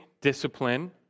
discipline